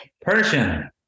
Persian